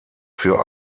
für